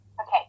Okay